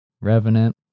Revenant